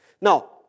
Now